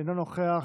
אינו נוכח,